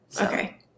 Okay